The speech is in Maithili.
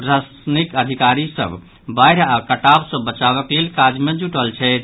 प्रशासनिक अधिकारी सभ बाढ़ि आओर कटाव सँ बचावक लेल काज मे जुटल छथि